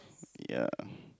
ya